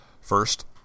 First